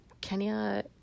Kenya